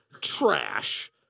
Trash